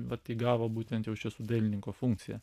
vat įgavo būtent jau čia su dailininko funkcija